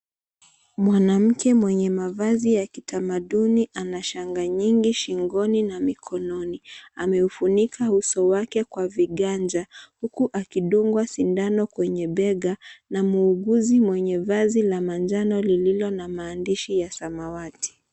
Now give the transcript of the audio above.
Mwanamke mwenye mavazi ya kitamaduni ana shanga nyingi shingoni na mikononi ameufinika uso wake kwa viganja huku akidungwa sindano kwenye bega na muuguzi mwenye vazi la anjano lililo na maandishi ya samawati.